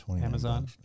Amazon